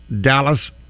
Dallas